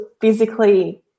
physically